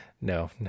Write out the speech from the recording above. no